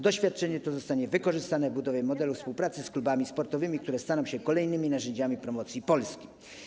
Doświadczenie to zostanie wykorzystane w budowie modelu współpracy z klubami sportowymi, które staną się kolejnymi narzędziami promocji Polski.